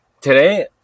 today